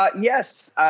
Yes